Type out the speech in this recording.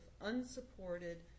unsupported